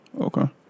Okay